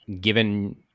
given